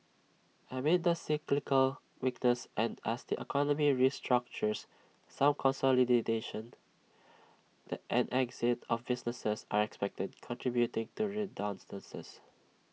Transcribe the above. amid the cyclical weakness and as the economy restructures some the and exit of businesses are expected contributing to redundancies